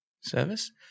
service